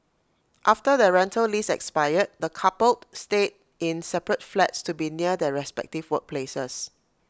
after their rental lease expired the coupled stayed in separate flats to be near their respective workplaces